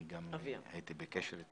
הייתי בקשר אתה